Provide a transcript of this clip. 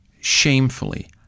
shamefully